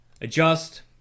adjust